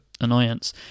annoyance